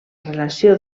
relació